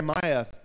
Jeremiah